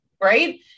right